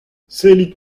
sellit